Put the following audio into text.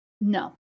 No